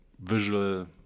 visual